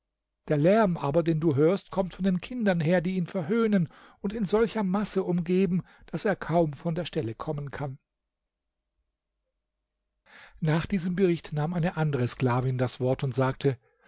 der lärm aber den du hörst kommt von den kindern her die ihn verhöhnen und in solcher masse umgeben daß er kaum von der stelle kommen kann nach diesem bericht nahm eine andere sklavin das wort und sagte